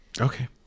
Okay